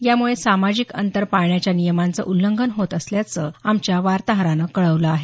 यामुळे सामाजिक अंतर पाळण्याच्या नियमांचं उल्लंघन होत असल्याचं आमच्या वार्ताहरानं कळवलं आहे